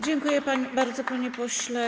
Dziękuję bardzo, panie pośle.